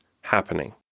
happening